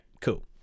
cool